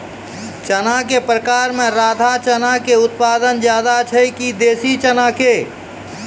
चना के प्रकार मे राधा चना के उत्पादन ज्यादा छै कि देसी चना के?